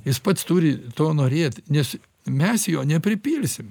jis pats turi to norėt nes mes jo nepripilsim